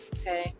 okay